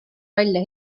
välja